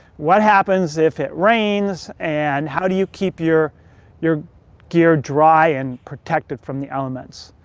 what happens if it rains? and how do you keep your your gear dry and protected from the elements.